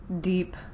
deep